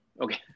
Okay